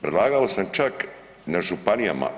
Predlagao sam čak na županijama.